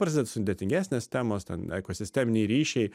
prasideda sudėtingesnės temos ten sisteminiai ryšiai